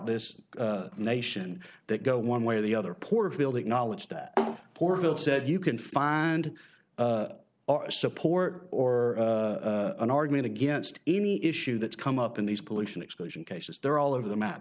this nation that go one way or the other porterfield acknowledge that poor girl said you can find support or an argument against any issue that's come up in these pollution exclusion cases they're all over the map